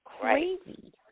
crazy